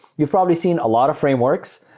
you've probably seen a lot of frameworks.